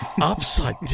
Upside